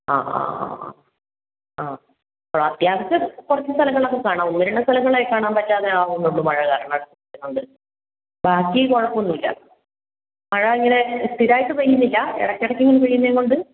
ആ ആ അ അപ്പോൾ അത്യാവശ്യം കുറച്ച് സ്ഥലങ്ങളൊക്കെ കാണാം ഒന്ന് രണ്ട് സ്ഥലങ്ങളെ കാണാൻ പറ്റാതെ ആവുന്നുള്ളൂ മഴ കാരണമാണ് ബാക്കി കുഴപ്പമൊന്നുമില്ല മഴ അങ്ങനെ സ്ഥിരമായിട്ട് പെയ്യുന്നില്ല ഇടയ്ക്ക് ഇടയ്ക്കിങ്ങനെ പെയ്യുന്നത് കൊണ്ട്